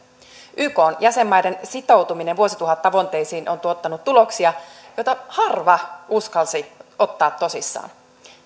ykn jäsenmaiden sitoutuminen vuosituhattavoitteisiin on tuottanut tuloksia joita harva uskalsi ottaa tosissaan